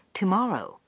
tomorrow